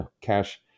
cash